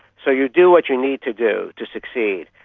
so you do what you need to do to succeed.